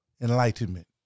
enlightenment